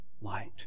light